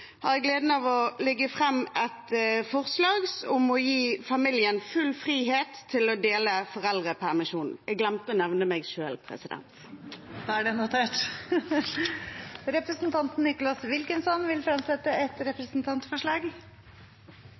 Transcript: har jeg gleden av å framsette et representantforslag om å gi familien full frihet til å dele foreldrepermisjonen.